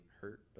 hurt